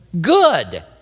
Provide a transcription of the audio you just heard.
Good